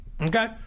Okay